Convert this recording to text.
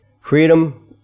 Freedom